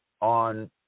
on